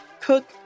Cook